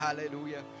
Hallelujah